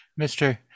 Mr